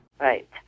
Right